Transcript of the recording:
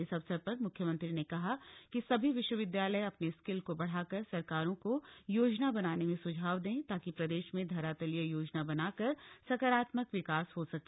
इस अवसर पर म्ख्यमंत्री ने कहा कि सभी विश्विद्यालय अपनी स्किल को बढ़ाकर सरकारों को योजना बनाने में स्झाव दें ताकि प्रदेश में धरातलीय योजना बनाकर सकारात्मक विकास हो सके